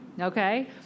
Okay